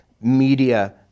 media